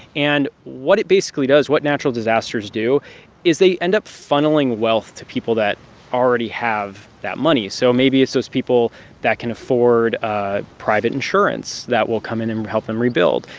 and what it basically does what natural disasters do is they end up funneling wealth to people that already have that money. so maybe it's those people that can afford private insurance that will come in and help them rebuild.